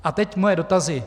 A teď moje dotazy.